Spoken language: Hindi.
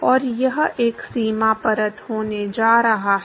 और यह एक सीमा परत होने जा रहा है